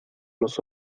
los